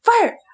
fire